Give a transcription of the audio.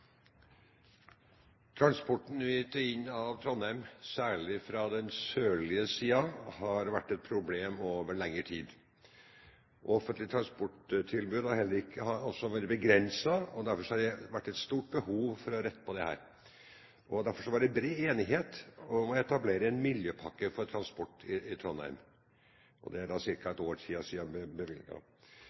Transporten ut og inn av Trondheim, særlig fra den sørlige siden, har vært et problem over lengre tid. Det offentlige transporttilbudet har også vært begrenset, og derfor har det vært et stort behov for å rette på dette. Derfor var det bred enighet om å etablere en miljøpakke for transport i Trondheim, og det er ca. et år